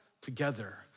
together